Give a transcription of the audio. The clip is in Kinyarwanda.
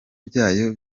byayo